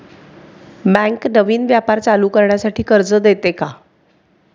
Bank नवीन व्यापार चालू करण्यासाठी कर्ज देते का?